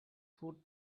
foot